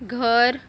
घर